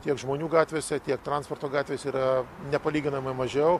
tiek žmonių gatvėse tiek transporto gatvėse yra nepalyginamai mažiau